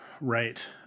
right